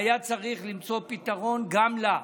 והיה חשוב למצוא פתרון גם בעבורה.